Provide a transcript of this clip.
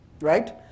Right